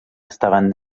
estaven